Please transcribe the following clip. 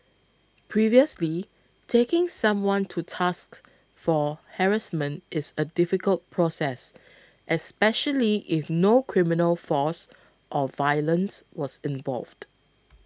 previously taking someone to tasks for harassment is a difficult process especially if no criminal force or violence was involved